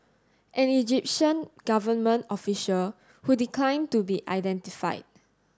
an Egyptian government official who declined to be identified